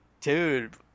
dude